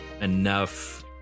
enough